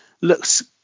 looks